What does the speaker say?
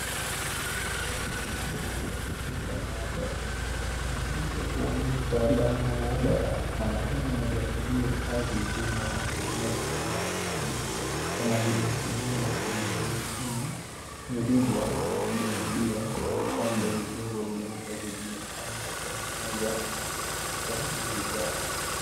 Mwanaume amevaa koti jeupe la maabara akionyesha kuwa ni mtaalamu wa maabara. Anafanya majaribio au vipimo akitumia vifaa mbalimbali kama vile silinda iliyohitimu, mirija ya majaribio na vikombe vidogo vyeupe vilivyopangwa kwenye meza iliyofunikwa na vigae.